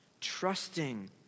trusting